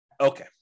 Okay